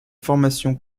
formation